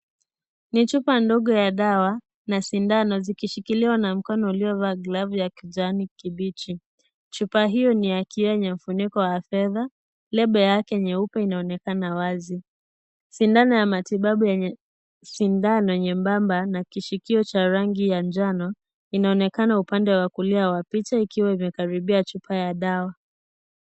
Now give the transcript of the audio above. Ni chupa ndogo ya dawa na sindano sikishikiliwa na mkono iliyovaa glafu ya kijani kipini, chupa hilo ni kioo ya kifuniko ya fedha lebel yake nyeupe inaonekana wazi. sindano nyembamba ya matibabu na kishikio ya rangi ya njano inaonekana upande wa kulia wa picha ukiwa imekaribia chupa ya dawa.